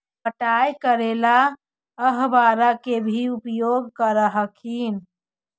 पटाय करे ला अहर्बा के भी उपयोग कर हखिन की?